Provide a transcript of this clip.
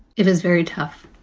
it is very tough,